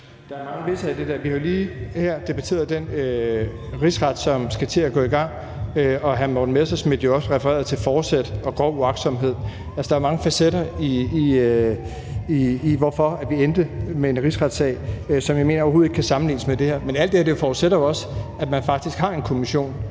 Der er mange hvis'er i det der. Vi har jo lige her debatteret den rigsret, som skal til at gå i gang, og hr. Morten Messerschmidt refererede jo også til forsæt og grov uagtsomhed. Altså, der er mange facetter i, hvorfor vi endte med en rigsretssag, som jeg mener overhovedet ikke kan sammenlignes med det her. Men alt det her forudsætter jo også, at man faktisk har en kommission,